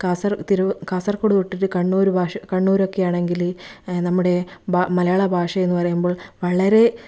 കാസർഗോഡ് തൊട്ടിട്ട് കണ്ണൂർ ഭാഷ കണ്ണൂരൊക്കെ ആണെങ്കിൽ നമ്മുടെ മലയാള ഭാഷ എന്നു പറയുമ്പോൾ വളരെ